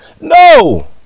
No